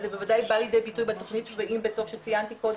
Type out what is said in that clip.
וזה בוודאי בא לידי ביטוי בתכנית שציינתי קודם,